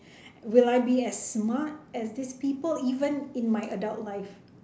will I be as smart as these people even in my adult life